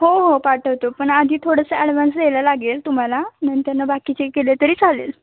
हो हो पाठवतो पण आधी थोडंसं ॲडव्हान्स द्यायला लागेल तुम्हाला नंतरनं बाकीचे केले तरी चालेल